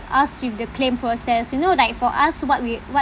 us with the claim process you know like for us what we what